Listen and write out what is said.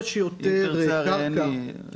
שכמה שיותר קרקע